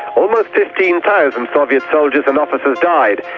almost fifteen thousand soviet soldiers and officers died,